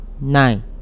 Nine